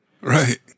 Right